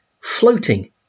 floating